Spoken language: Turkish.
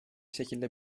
şekilde